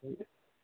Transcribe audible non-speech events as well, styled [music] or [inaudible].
[unintelligible]